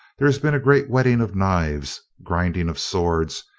there has been a great whetting of knives, grinding of swords,